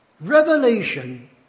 Revelation